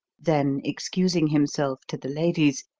then, excusing himself to the ladies,